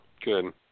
good